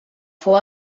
fou